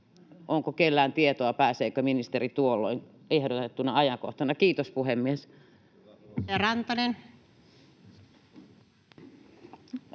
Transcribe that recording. Onko kenelläkään tietoa, pääseekö ministeri tuolloin, ehdotettuna ajankohtana? — Kiitos, puhemies. Edustaja